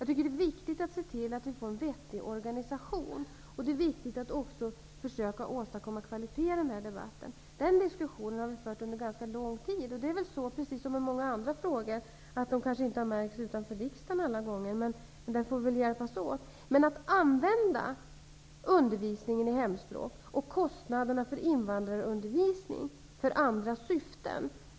Det är viktigt att se till att det blir en vettig organisation, och det är viktigt att ha en debatt med kvalitet. Diskussionen har förts länge. Precis som med många andra frågor, har denna diskussion kanske inte märkts utanför riksdagen. Där får vi hjälpas åt. Men jag tycker illa om när man använder diskussionen om undervisningen i hemspråk och kostnaderna för invandrarundervisningen för andra syften.